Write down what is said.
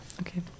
okay